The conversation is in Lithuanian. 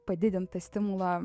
padidint tą stimulą